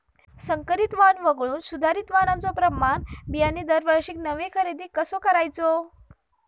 संकरित वाण वगळुक सुधारित वाणाचो प्रमाण बियाणे दरवर्षीक नवो खरेदी कसा करायचो?